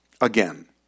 again